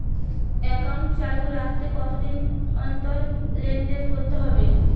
Account চালু রাখতে কতদিন অন্তর লেনদেন করতে হবে?